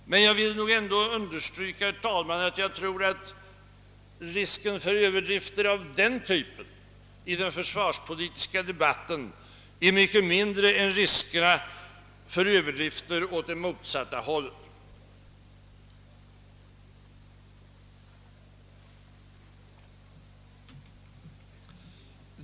Men jag vill ändå understryka, herr talman, att jag tror att risken för överdrifter av den typen i den försvarspolitiska debatten är mycket mindre än riskerna för överdrifter åt det motsatta hållet.